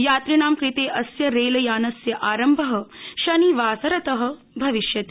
यात्रिणां कृते अस्य रेलयानस्य आरम्भ शनिवासरत भविष्यति